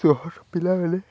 ସହର ପିଲାବେଳେ